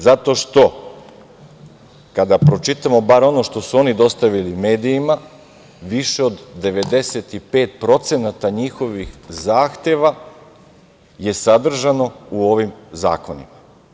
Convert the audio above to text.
Zato što, kada pročitamo bar ono što su oni dostavili medijima, više od 95% njihovih zahteva je sadržano u ovim zakonima.